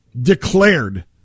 declared